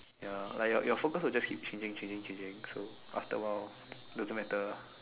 ya like your your focus will just keep changing changing changing so after a while doesn't matter lah